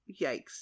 yikes